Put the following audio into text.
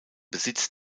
besitz